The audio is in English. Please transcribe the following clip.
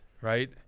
right